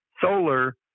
solar